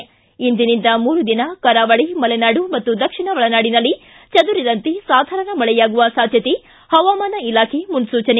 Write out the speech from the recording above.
ಿ ಇಂದಿನಿಂದ ಮೂರು ದಿನ ಕರಾವಳಿ ಮಲೆನಾಡು ಮತ್ತು ದಕ್ಷಿಣ ಒಳನಾಡಿನಲ್ಲಿ ಚದುರಿದಂತೆ ಸಾಧಾರಣ ಮಳೆಯಾಗುವ ಸಾಧ್ಯತೆ ಹವಾಮಾನ ಇಲಾಖೆ ಮುನ್ನೂಚನೆ